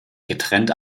getrennt